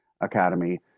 Academy